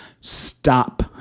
stop